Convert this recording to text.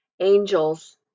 Angels